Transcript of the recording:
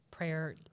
Prayer